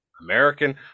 American